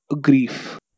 grief